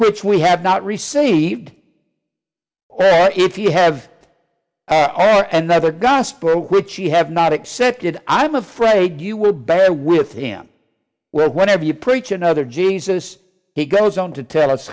which we have not received if you have it all and never gospel which you have not accepted i'm afraid you will bear with him well whenever you preach another jesus he goes on to tell us